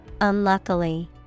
unluckily